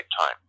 time